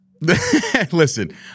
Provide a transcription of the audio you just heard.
listen